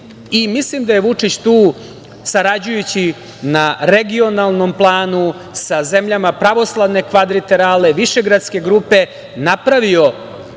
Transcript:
i mislim da je Vučić tu, sarađujući na regionalnom planu, sa zemljama pravoslavne kvadriterale, Višegradske grupe, napravio